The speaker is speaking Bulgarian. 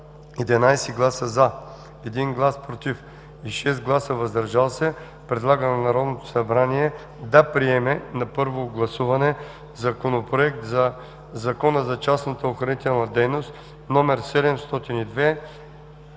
11 гласа „за”, 1 глас „против” и 6 гласа „въздържали се” предлага на Народното събрание да приеме на първо гласуване Законопроект за Закона за частната охранителна дейност, №